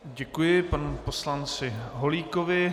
Děkuji panu poslanci Holíkovi.